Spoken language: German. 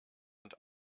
und